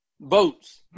votes